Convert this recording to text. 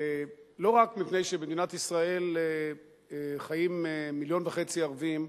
לא רק מפני שבמדינת ישראל חיים מיליון וחצי ערבים,